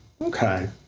Okay